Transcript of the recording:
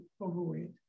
overweight